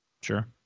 Sure